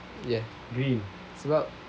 ya sebab